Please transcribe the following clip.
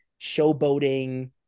showboating